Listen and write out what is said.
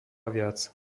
viac